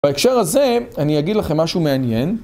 בהקשר הזה אני אגיד לכם משהו מעניין.